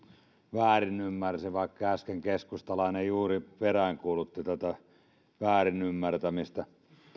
väärinymmärsi vaikka äsken keskustalainen juuri peräänkuulutti tätä väärinymmärtämistä